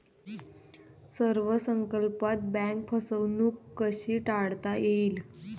अर्थ संकल्पात बँक फसवणूक कशी टाळता येईल?